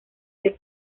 del